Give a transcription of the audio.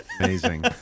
amazing